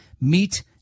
Meet